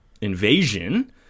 invasion